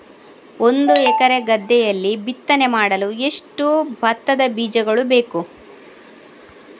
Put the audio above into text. ಒಂದು ಎಕರೆ ಗದ್ದೆಯಲ್ಲಿ ಬಿತ್ತನೆ ಮಾಡಲು ಎಷ್ಟು ಭತ್ತದ ಬೀಜಗಳು ಬೇಕು?